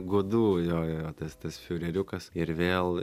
gudų jo jo tas tas fiureriukas ir vėl